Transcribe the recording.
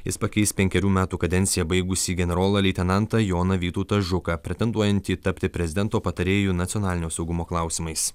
jis pakeis penkerių metų kadenciją baigusį generolą leitenantą joną vytautą žuką pretenduojantį tapti prezidento patarėju nacionalinio saugumo klausimais